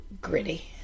gritty